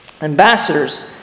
ambassadors